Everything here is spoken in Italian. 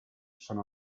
sono